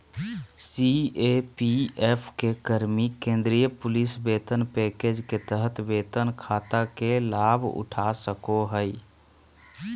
CAPF के कर्मि केंद्रीय पुलिस वेतन पैकेज के तहत वेतन खाता के लाभउठा सको हइ